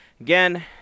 again